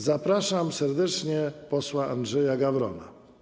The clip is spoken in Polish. Zapraszam serdecznie pana posła Andrzeja Gawrona.